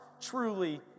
truly